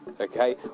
okay